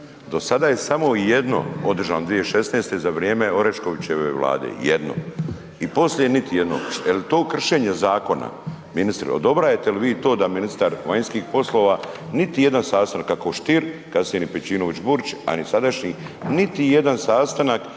Do sada je samo jedno održano 2016. za vrijeme Oreškovićeve Vlade, jedno i poslije niti jedno. Jel to kršenje zakona? Ministre, odobrajete li vi to da ministar vanjskih poslova niti jedan sastanak, kako Stier, kasnije ni Pejčinović-Burić, a ni sadašnji, niti jedan sastanak